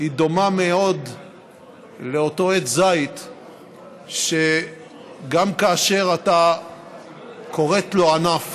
היא דומה מאוד לאותו עץ זית שגם כאשר אתה כורת לו ענף